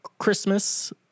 Christmas